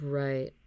right